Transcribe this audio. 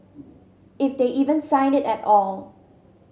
if they even sign it at all